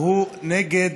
והיא נגד,